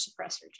suppressor